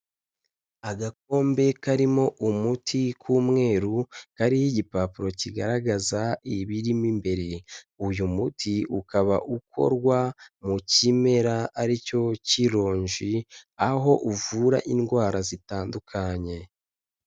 Agakombe karimo umuti k'umweru kariho igipapuro kigaragaza ibirimo imbere. Uyu muti ukaba ukorwa mu kimera aricyo cy'ironji, aho uvura indwara zitandukanye.